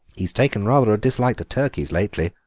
he's taken rather a dislike to turkeys lately,